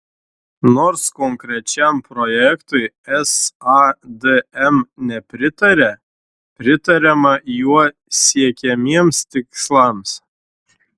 nors konkrečiam projektui sadm nepritaria pritariama juo siekiamiems tikslams